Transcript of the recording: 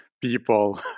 people